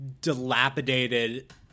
dilapidated